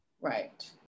right